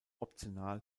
optional